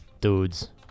dudes